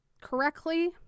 correctly